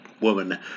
woman